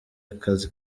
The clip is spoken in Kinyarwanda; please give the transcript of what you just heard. akazi